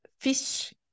fish